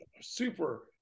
super